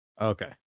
Okay